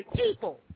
people